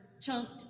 chunked